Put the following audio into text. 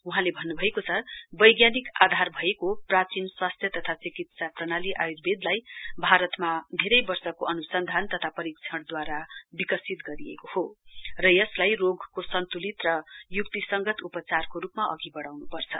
वहाँले भन्नभएको छ वैज्ञानिक आधार भएको प्राचीन स्वास्थ्य तथा चिकित्सा प्रणाली आयुर्वेदलाई भारतमा धेरै वर्षको अनुसन्धान तथा परीक्षणद्वारा विकसित गरिएको हो र यसलाई रोगको सन्तुलित र युक्तिसंगत उपचारको रूपमा अघि बढ़ाउनुपर्छ